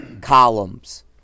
columns